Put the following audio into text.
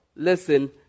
Listen